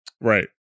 right